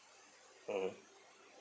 mmhmm